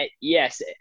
yes